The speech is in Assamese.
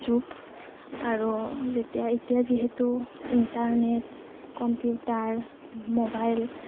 যুগ আৰু যেতিয়া এতিয়া যিহেতু ইন্টাৰনেট কম্পিউটাৰ মোবাইল